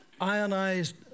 ionized